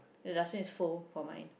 the dustbin is full for mine